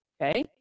okay